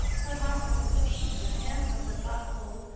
her heart must have beat and her hands must have got cold,